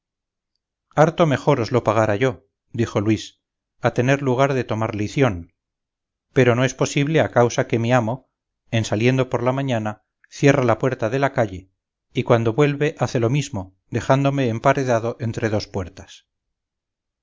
mejor os lo pagara yo dijo luis a tener lugar de tomar lición pero no es posible a causa que mi amo en saliendo por la mañana cierra la puerta de la calle y cuando vuelve hace lo mismo dejándome emparedado entre dos puertas